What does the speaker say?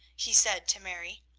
he said to mary.